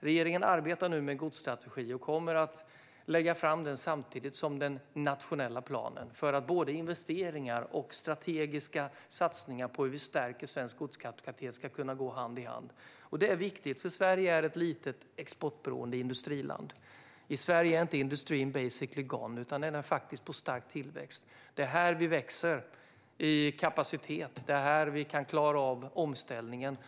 Regeringen arbetar nu med en godsstrategi och kommer att lägga fram den samtidigt som den nationella planen för att investeringar och strategiska satsningar på att stärka svensk godskapacitet ska kunna gå hand i hand. Det här är viktigt, för Sverige är ett litet, exportberoende industriland. I Sverige är inte industrin "basically gone", utan den är faktiskt på stark tillväxt. Det är här vi växer i kapacitet. Det är här vi kan klara omställningen.